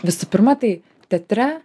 visų pirma tai teatre